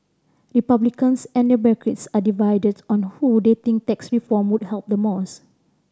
Republicans and Democrats are divided on who they think tax reform would help the most